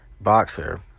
boxer